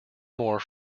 more